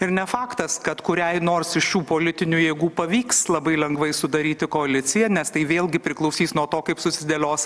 ir ne faktas kad kuriai nors iš šių politinių jėgų pavyks labai lengvai sudaryti koaliciją nes tai vėlgi priklausys nuo to kaip susidėlios